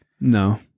No